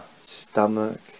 stomach